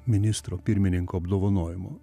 ministro pirmininko apdovanojimo